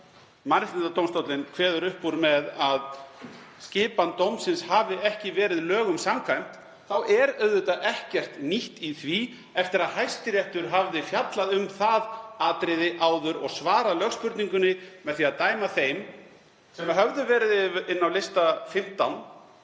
Mannréttindadómstóllinn kveður upp úr með að skipan dómsins hafi ekki verið lögum samkvæmt, er auðvitað ekkert nýtt í því eftir að Hæstiréttur hafði fjallað um það atriði áður og svarað lögspurningunni með því að dæma þeim, sem höfðu verið inni á lista 15